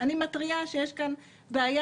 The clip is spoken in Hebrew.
אני מתריעה שיש כאן בעיה,